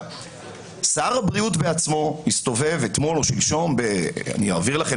שר הבריאות בעצמו הסתובב אתמול או שלשום אני אעביר לכם